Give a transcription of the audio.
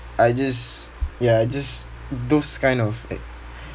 I just ya just those kind of act